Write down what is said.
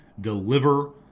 Deliver